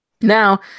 now